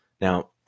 Now